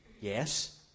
Yes